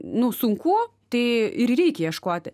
nu sunku tai ir reikia ieškoti